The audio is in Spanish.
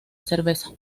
cerveza